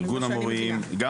העניין של ארגון המורים, נכון?